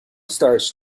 stars